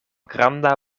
granda